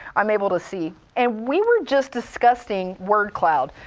i'm able to see. and we were just discussing word cloud,